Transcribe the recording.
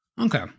Okay